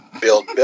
build